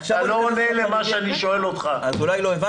אתה לא עונה למה שאני שואל אותך -- אז אולי לא הבנתי.